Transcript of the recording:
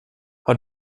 har